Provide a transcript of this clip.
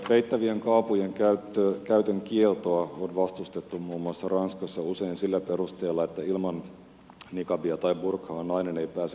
peittävien kaapujen käytön kieltoa on vastustettu muun muassa ranskassa usein sillä perusteella että ilman niqabia tai burkaa nainen ei pääse ulos lainkaan